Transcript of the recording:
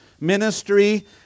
ministry